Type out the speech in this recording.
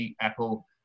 Apple